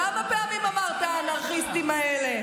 כמה פעמים אמרת "האנרכיסטים האלה"?